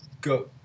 go